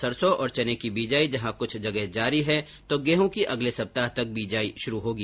सरसों और चने की बिजाई जहां कुछ जगह जारी है तो गेहूं की अगले सप्ताह तक बिजाई शुरू होगी